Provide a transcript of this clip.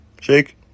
Shake